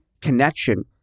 connection